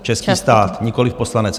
Český stát, nikoliv poslanec.